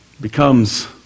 becomes